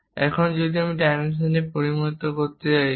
এখন যখন আমি এই ডাইমেনশন পরিমাপ করতে যাচ্ছি